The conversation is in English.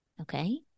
Okay